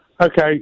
Okay